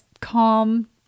calm